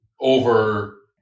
over